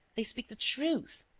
they speak the truth.